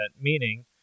meaning